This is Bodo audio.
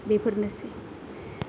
बेफोरनोसै